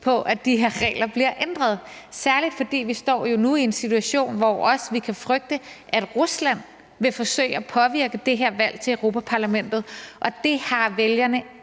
at de her regler bliver ændret, særlig fordi vi jo nu står i en situation, hvor vi også kan frygte, at Rusland vil forsøge at påvirke det her valg til Europa-Parlamentet, og det har de